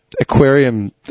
Aquarium